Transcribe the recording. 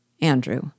Andrew